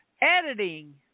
editing